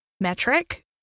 metric